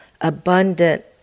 Abundant